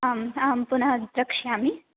आम् आम् पुनः द्रक्ष्यामि